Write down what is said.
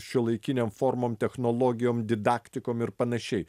šiuolaikinėm formom technologijom didaktikom ir panašiai